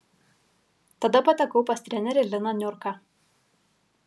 tada patekau pas trenerį liną niurką